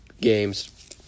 games